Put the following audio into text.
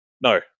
No